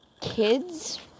Kids